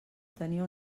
tenia